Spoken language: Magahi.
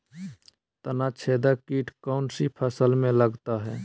तनाछेदक किट कौन सी फसल में लगता है?